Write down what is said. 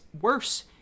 worse